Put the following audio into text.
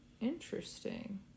interesting